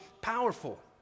powerful